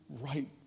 right